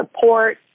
support